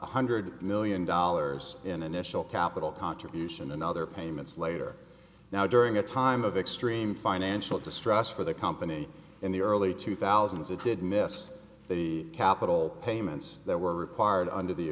hundred million dollars in initial capital contribution and other payments later now during a time of extreme financial distress for the company in the early two thousand as it did miss the capital payments that were required under the